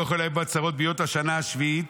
ואוכל לא היה באוצרות בהיות השנה השביעית".